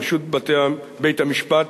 ברשות בית-המשפט,